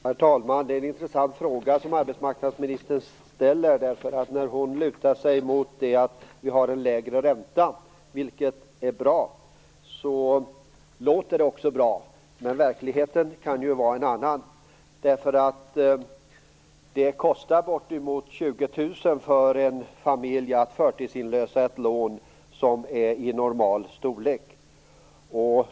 Herr talman! Det är en intressant fråga som arbetsmarknadsministern ställer. Arbetsmarknadsministern lutar sig mot det faktum att vi har en lägre ränta, vilket är bra. Det låter också bra, men verkligheten kan vara en annan. Det kostar ca 20 000 för en familj att förtidsinlösa ett lån som är i normal storlek.